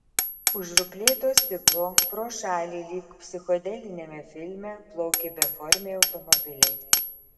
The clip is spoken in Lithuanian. už ruplėto stiklo pro šalį lyg psichodeliniame filme plaukė beformiai automobiliai